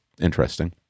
interesting